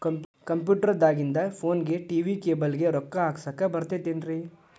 Computer ದಾಗಿಂದ್ ಫೋನ್ಗೆ, TV cable ಗೆ, ರೊಕ್ಕಾ ಹಾಕಸಾಕ್ ಬರತೈತೇನ್ರೇ?